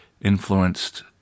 influenced